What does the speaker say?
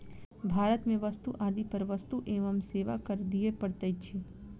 भारत में वस्तु आदि पर वस्तु एवं सेवा कर दिअ पड़ैत अछि